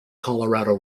colorado